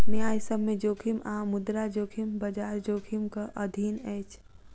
न्यायसम्य जोखिम आ मुद्रा जोखिम, बजार जोखिमक अधीन अछि